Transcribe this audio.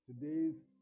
today's